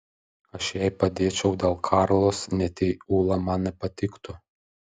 aš jai padėčiau dėl karlos net jei ula man nepatiktų